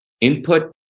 input